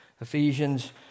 Ephesians